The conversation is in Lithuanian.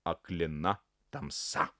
aklina tamsa